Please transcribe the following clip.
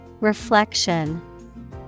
Reflection